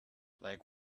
like